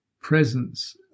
presence